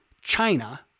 China